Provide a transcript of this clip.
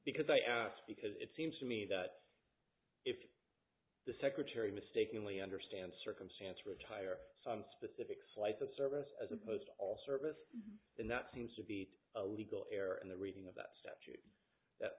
because i ask because it seems to me that the secretary mistakenly understand circumstance retire son specific slice of service as opposed to all service and that seems to be a legal error in the reading of that that